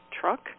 truck